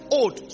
old